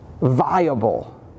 viable